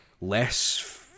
less